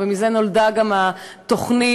ומזה נולדה גם התוכנית,